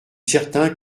certain